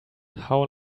how